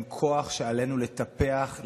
הם כוח שעלינו לטפח,